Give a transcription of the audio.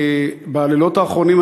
בלילות האחרונים,